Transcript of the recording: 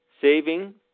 saving